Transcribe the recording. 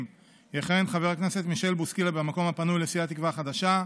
יכהן חבר הכנסת מישל בוסקילה במקום הפנוי לסיעת תקווה חדשה,